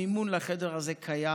המימון לחדר הזה קיים.